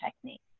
technique